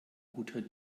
guter